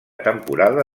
temporada